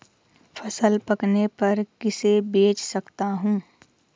फसल पकने पर किसे बेच सकता हूँ?